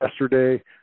yesterday